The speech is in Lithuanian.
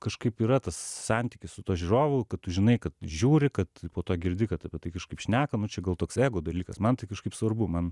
kažkaip yra tas santykis su tuo žiūrovu kad tu žinai kad žiūri kad po to girdi kad apie tai kažkaip šneka nu čia gal toks ego dalykas man tai kažkaip svarbu man